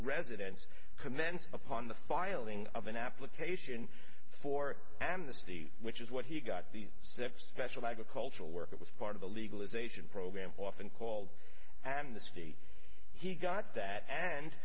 residence commenced upon the filing of an application for amnesty which is what he got the same special agricultural work that was part of the legalization program often called amnesty he got that and